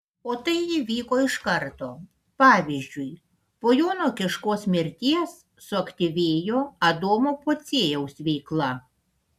o tai įvyko iš karto pavyzdžiui po jono kiškos mirties suaktyvėjo adomo pociejaus veikla